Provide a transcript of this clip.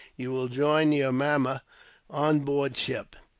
you will join your mamma on board ship.